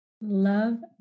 Love